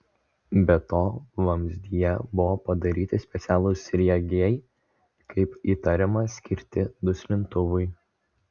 be to vamzdyje buvo padaryti specialūs sriegiai kaip įtariama skirti duslintuvui